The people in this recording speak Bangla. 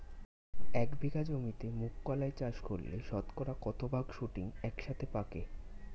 এক বিঘা জমিতে মুঘ কলাই চাষ করলে শতকরা কত ভাগ শুটিং একসাথে পাকে?